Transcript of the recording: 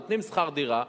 נותנים שכר דירה.